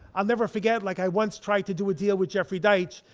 i'll never forget, like i once tried to do a deal with jeffrey deitch,